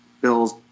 Bill's